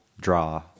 draw